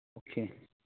okay